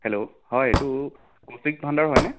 hello হয় এইটো কৌশিক ভাণ্ডাৰ হয় নে